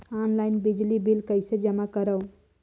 Online बिजली bill कइसे जमा करव?